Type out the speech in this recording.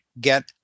get